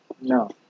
No